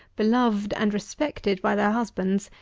beloved and respected by their husbands,